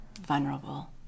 vulnerable